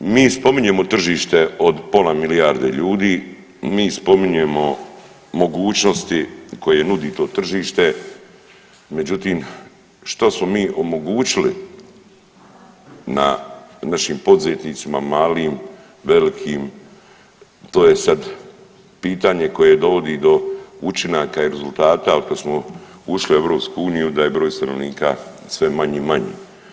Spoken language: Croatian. Mi spominjemo tržište od pola milijarde ljudi, mi spominjemo mogućnosti koje nudi to tržište međutim što smo mi omogućili našim poduzetnicima malim, velikim to je sad pitanje koje dovodi do učinaka i rezultata od kada smo ušli u EU da je broj stanovnika sve manji i manji.